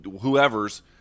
whoever's